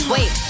Wait